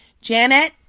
Janet